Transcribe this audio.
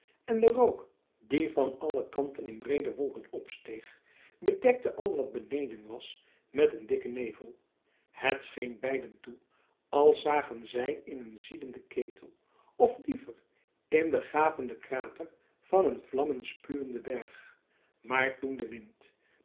en de rook die van alle kanten in breede wolken opsteeg bedekte al wat beneden was met een dikken nevel het scheen beiden toe als zagen zij in een ziedenden ketel of liever in den gapenden krater van een vlammenspuwenden berg maar toen de wind